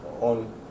on